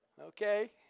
Okay